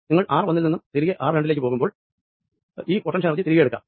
നിങ്ങൾ ആർ ഒന്നിൽ നിന്ന് ആർ രണ്ടിലേക്ക് നീങ്ങുമ്പോൾ ഈ പൊട്ടൻഷ്യൽ എനർജി തിരികെ എടുക്കാം